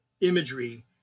imagery